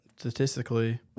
Statistically